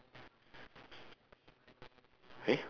eh